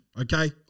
Okay